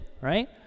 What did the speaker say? right